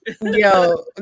Yo